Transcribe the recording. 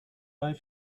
bei